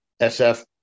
sf